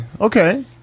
Okay